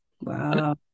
Wow